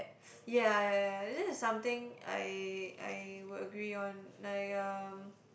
ya ya ya this is something I I would agree on like um